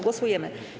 Głosujemy.